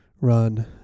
run